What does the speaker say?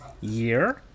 year